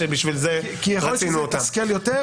שבשביל זה רצינו אותה.